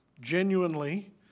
genuinely